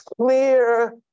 clear